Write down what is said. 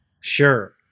Sure